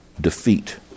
defeat